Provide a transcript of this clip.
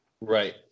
right